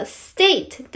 state